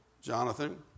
Jonathan